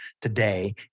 today